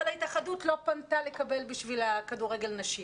אבל ההתאחדות בכלל לא פנתה בשביל לקבל לכדורגל נשים.